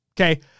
Okay